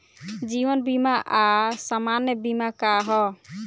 जीवन बीमा आ सामान्य बीमा का ह?